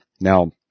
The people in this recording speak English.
now